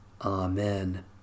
Amen